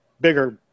Bigger